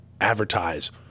advertise